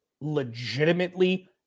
Legitimately